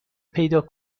پیدا